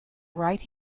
right